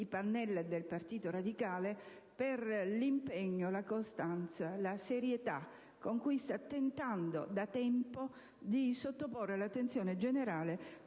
Pannella e del suo partito, per l'impegno, la costanza e la serietà con cui stanno tentando da tempo di sottoporre all'attenzione generale